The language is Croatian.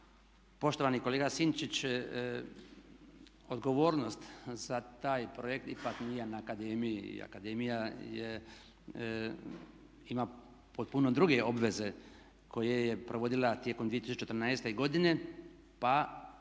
Poštovani kolega Sinčić, odgovornost za taj projekt ipak nije na akademiji. Akademija ima potpuno druge obveze koje je provodila tokom 2014. godine pa